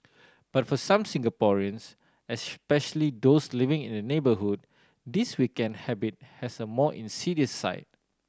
but for some Singaporeans especially those living in the neighbourhood this weekend habit has a more insidious side